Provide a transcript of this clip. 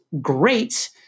great